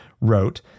wrote